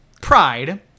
pride